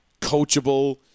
coachable